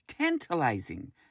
tantalizing